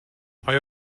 آیا